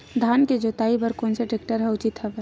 धान के जोताई बर कोन से टेक्टर ह उचित हवय?